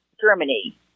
Germany